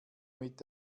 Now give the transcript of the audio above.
mit